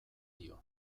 dio